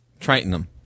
Tritium